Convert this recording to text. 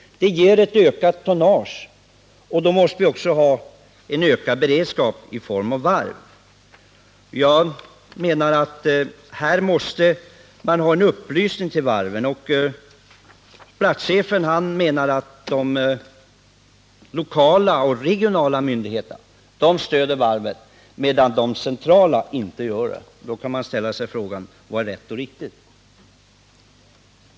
Detta innebär ökat tonnage, och då måste det också finnas ökad beredskap i form av varv. Jag anser att upplysning om detta måste lämnas till varven. Platschefen menar att de lokala och regionala myndigheterna stöder varven, medan de centrala myndigheterna inte gör det. Då kan man ställa sig frågan: Vad är rätt och riktigt?